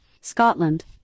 Scotland